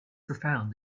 profound